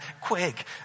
quick